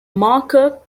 marker